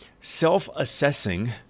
self-assessing